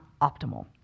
optimal